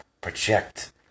Project